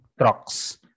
trucks